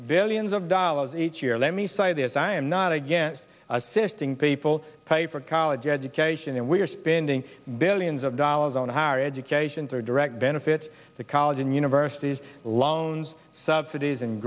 billions of dollars each year let me say this i am not against assisting people pay for college education and we are spending billions of dollars on higher education through direct benefits to college and universities loans subsidies and